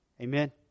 Amen